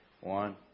One